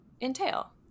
entail